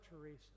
Teresa